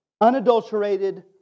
unadulterated